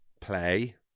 Play